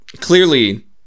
clearly